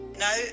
No